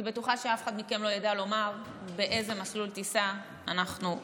אני בטוחה שאף אחד מכם לא ידע לומר באיזה מסלול טיסה אנחנו רוצים לטוס.